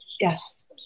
Yes